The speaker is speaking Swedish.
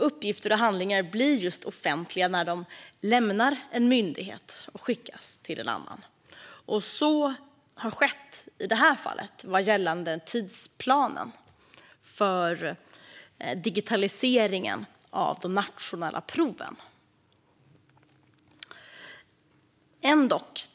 Uppgifter och handlingar blir just offentliga när de lämnar en myndighet och skickas till en annan. Så har skett i det här fallet vad gäller tidsplanen för digitaliseringen av de nationella proven.